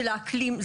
של האקלים,